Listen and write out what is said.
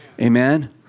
Amen